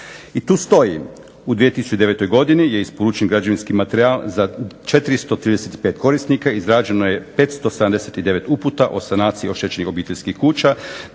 I tu stoji u 2009. godini je isporučen građevinski materijal za 435 korisnika, izrađeno je 579 uputa o sanaciji oštećenih obiteljskih kuća,